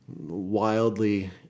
wildly